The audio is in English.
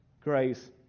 grace